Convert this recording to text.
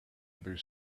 other